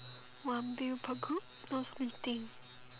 one bill per group now's meeting